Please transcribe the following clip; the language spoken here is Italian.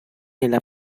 nella